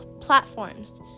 platforms